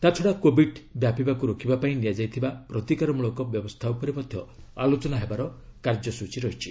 ତା'ଛଡା କୋବିଡ ବ୍ୟାପିବାକୁ ରୋକିବା ପାଇଁ ନିଆଯାଉଥିବା ପ୍ରତିକାରମ୍ବଳକ ବ୍ୟବସ୍ଥା ଉପରେ ମଧ୍ୟ ଆଲୋଚନା ହେବାର କାର୍ଯ୍ୟସ୍ଟଚୀ ରହିଛି